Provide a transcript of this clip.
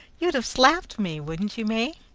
you'd have slapped me. wouldn't you, may?